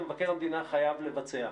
ומבקר המדינה חייב לבצע.